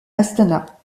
astana